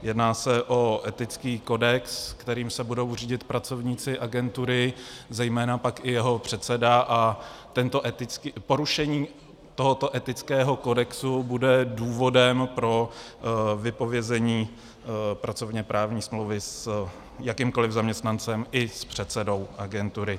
Jedná se o etický kodex, kterým se budou řídit pracovníci agentury, zejména pak i jeho předseda, a porušení tohoto etického kodexu bude důvodem pro vypovězení pracovněprávní smlouvy s jakýmkoliv zaměstnancem i s předsedou agentury.